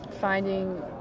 finding